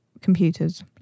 computers